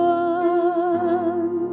one